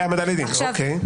אוקיי.